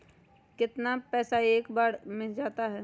कितना पैसा एक बार में जाता है?